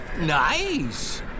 Nice